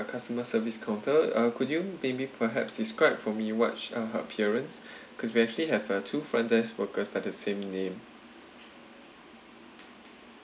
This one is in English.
customer service counter uh could you maybe perhaps describe for me what's sh~ her appearance because we actually have uh two front desk workers by the same name